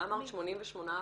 מה אמרת, 88%?